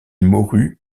mourut